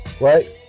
right